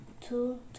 two